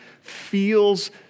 feels